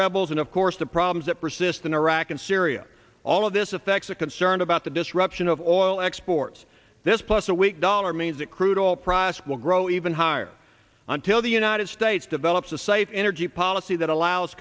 rebels and of course the problems that persist in iraq and syria all of this affects a concern about the disruption of oil exports this plus a weak dollar means that crude oil process will grow even higher until the united states develops a safe energy policy that allows